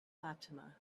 fatima